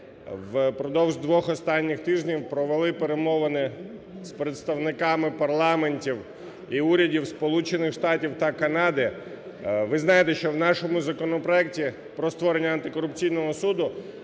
продовж двох останніх тижнів провели перемовини з представниками парламентів і урядів Сполучених Штатів та Канади. Ви знаєте, що в нашому законопроекті про створення антикорупційного суду